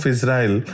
Israel